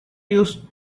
used